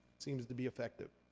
seems to be effective.